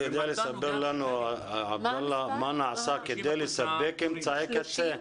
אתה בא לספר לנו מה נעשה כדי לספק אמצעי קצה?